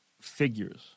figures